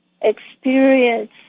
experience